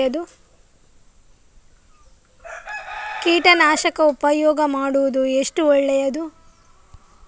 ಕೀಟನಾಶಕ ಉಪಯೋಗ ಮಾಡುವುದು ಎಷ್ಟು ಒಳ್ಳೆಯದು?